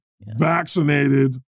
vaccinated